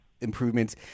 improvements